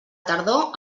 tardor